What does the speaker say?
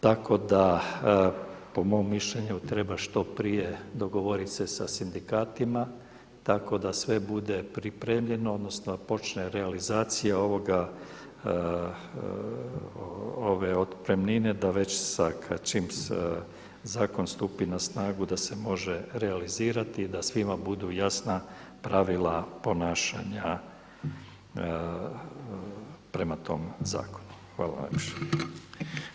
Tako da po mom mišljenju treba što prije dogovorit se sa sindikatima tak da sve bude pripremljeno odnosno da počne realizacija ove otpremnine da već čim zakon stupi na snagu da se može realizirati da svima budu jasna pravila ponašanja prema tom zakonu.